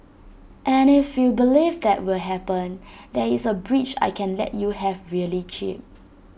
and if you believe that will happen there is A bridge I can let you have really cheap